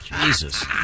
Jesus